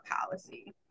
policy